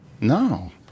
No